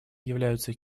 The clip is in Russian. являются